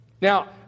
Now